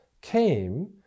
came